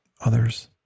others